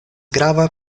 grava